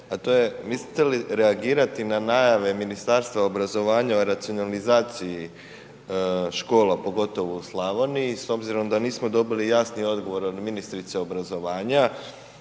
a to je, mislite li reagirati na najave Ministarstva obrazovanja o racionalizaciji škola pogotovo u Slavoniji s obzirom da nismo dobili jasni odgovor od ministrice obrazovanja